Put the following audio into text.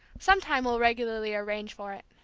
sometime we'll regularly arrange for it.